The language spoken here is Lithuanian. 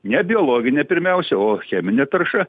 ne biologinė pirmiausia o cheminė tarša